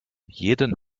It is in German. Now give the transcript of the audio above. jeden